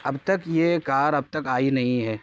اب تک یہ کار اب تک آئی نہیں ہے